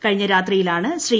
കഴിഞ്ഞ രാത്രിയിലാണ് ശ്രീ